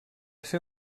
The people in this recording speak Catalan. ser